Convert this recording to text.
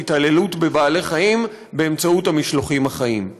התעללות בבעלי-חיים באמצעות המשלוחים החיים.